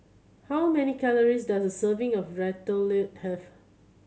how many calories does a serving of Ratatouille have